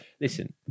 Listen